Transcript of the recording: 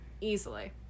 Easily